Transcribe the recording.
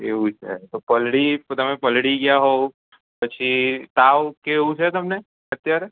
એવું છે પલદિ તમે પલદિ પડી ગયા હો પછી તાવ કે એવું છે તમને અત્યારે